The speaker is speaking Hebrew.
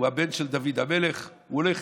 הוא הבן של דוד המלך, הוא הולך